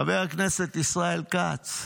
חבר הכנסת ישראל כץ: